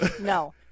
No